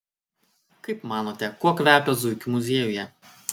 kaip manote kuo kvepia zuikių muziejuje